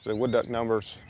wood duck numbers,